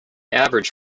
average